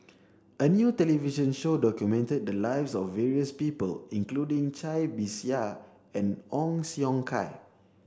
a new television show documented the lives of various people including Cai Bixia and Ong Siong Kai